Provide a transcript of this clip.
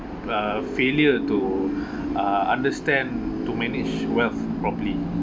uh failure to uh understand to manage wealth properly